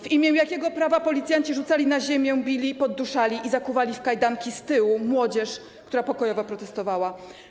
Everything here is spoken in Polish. W imię jakiego prawa policjanci rzucali na ziemię, bili, podduszali i zakuwali w kajdanki z tyłu młodzież, która pokojowo protestowała?